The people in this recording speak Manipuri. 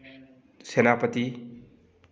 ꯁꯦꯅꯥꯄꯇꯤ